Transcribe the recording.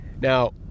Now